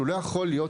הוא לא יכול להיות.